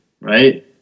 right